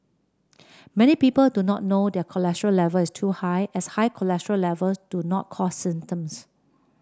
many people do not know their cholesterol level is too high as high cholesterol levels do not cause symptoms